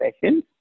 sessions